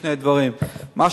שני דברים: א.